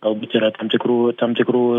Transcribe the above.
galbūt yra tam tikrų tam tikrų